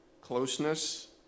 Closeness